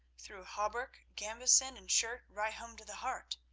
through hauberk, gambeson, and shirt, right home to the heart.